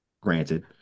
granted